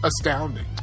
astounding